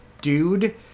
dude